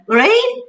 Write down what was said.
right